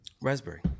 Raspberry